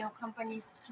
companies